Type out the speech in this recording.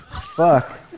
Fuck